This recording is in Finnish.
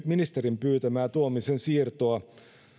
ministerin pyytämää tuomisen siirtoa